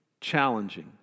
challenging